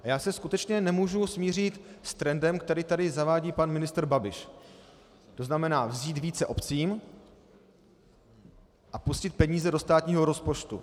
A já se skutečně nemůžu smířit s trendem, který tady zavádí pan ministr Babiš, to znamená vzít více obcím a pustit peníze do státního rozpočtu.